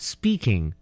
Speaking